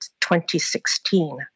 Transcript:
2016